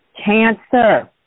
cancer